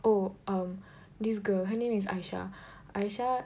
oh um this girl her name is Aisyah Aisyah